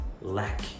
lack